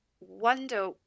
wonder